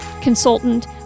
consultant